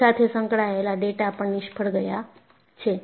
તેની સાથે સંકળાયેલ ડેટા પણ નિષ્ફળ ગયા છે